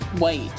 wait